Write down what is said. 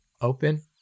open